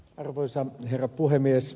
arvoisa herra puhemies